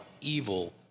evil